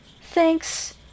Thanks